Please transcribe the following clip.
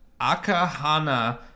Akahana